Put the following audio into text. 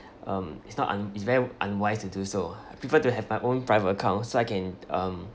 um it's not un~ it's very unwise to do so I prefer to have my own private account so I can um